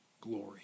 glory